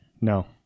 No